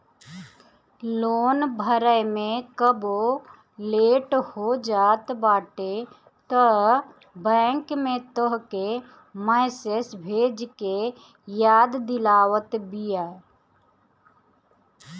loan भरे में कबो लेट हो जात बाटे तअ बैंक तोहके मैसेज भेज के याद दिलावत बिया